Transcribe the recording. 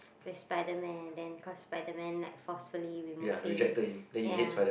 with SpiderMan then cause SpiderMan like forcefully remove him ya